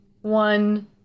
one